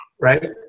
right